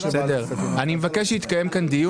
אני מבקש שהתקיים כאן דיון.